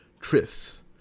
trysts